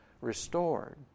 restored